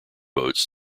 boats